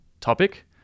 topic